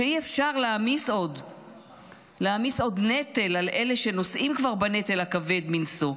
שאי-אפשר להעמיס עוד נטל על אלה שנושאים כבר בנטל הכבד מנשוא.